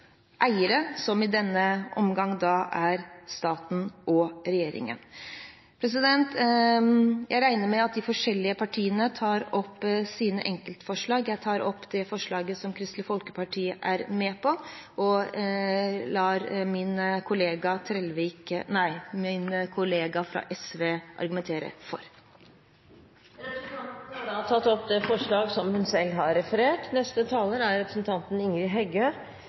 eiere, som i denne omgang da er staten og regjeringen. Jeg regner med at de forskjellige partiene tar opp sine enkeltforslag. Jeg tar opp de forslagene som Kristelig Folkeparti er med på, og lar min kollega fra SV argumentere for. Representanten Line Henriette Hjemdal har tatt opp de forslagene hun refererte til. Denne saka omhandlar eit forslag frå Arbeidarpartiet om ein strategi med tiltak som